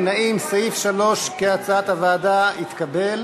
3 כהצעת הוועדה התקבל.